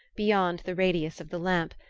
beyond the radius of the lamp,